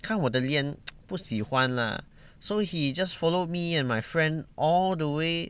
看我的脸不喜欢 lah so he just follow me and my friend all the way